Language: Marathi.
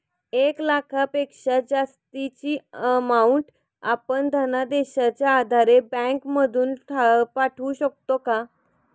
एक लाखापेक्षा जास्तची अमाउंट आपण धनादेशच्या आधारे बँक मधून पाठवू शकतो का?